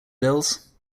girls